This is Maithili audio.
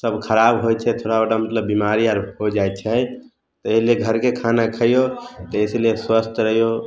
सब खराब होइ छै थोड़ा ओड़ा मतलब बिमारी आर हो जाइ छै तऽ एहि लय कऽ घरके खाना खइयौ देहके लिए स्वस्थ रहियौ